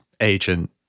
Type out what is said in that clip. agent